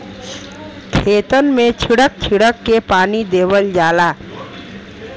खेतन मे छीड़क छीड़क के पानी देवल जाला